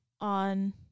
on